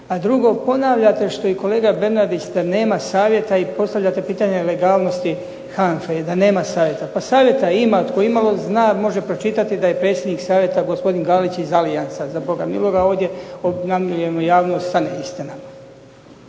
A drugo, ponavljate što i kolega Bernardić da nema savjeta i postavljate pitanje legalnosti HANFA-e i da nema savjeta. Pa savjeta ima. Tko imalo zna može pročitati da je predsjednik savjeta gospodin Galić iz Allianza. Za Boga miloga ovdje obmanjujemo javnost sa neistinama.